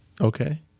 Okay